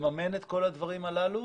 לממן את כל הדברים הללו